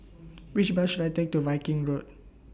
Which Bus should I Take to Viking Road